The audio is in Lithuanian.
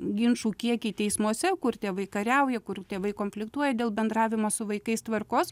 ginčų kiekį teismuose kur tėvai kariauja kur tėvai konfliktuoja dėl bendravimo su vaikais tvarkos